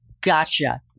gotcha